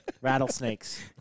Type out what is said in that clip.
Rattlesnakes